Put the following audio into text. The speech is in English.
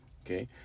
Okay